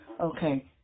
okay